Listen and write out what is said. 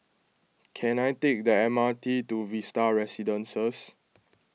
can I take the M R T to Vista Residences